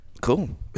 Cool